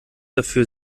dafür